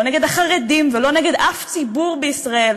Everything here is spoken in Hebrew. נגד החרדים ולא נגד אף ציבור בישראל.